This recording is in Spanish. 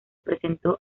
presentó